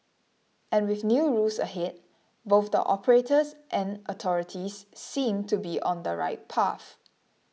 and with new rules ahead both the operators and authorities seem to be on the right path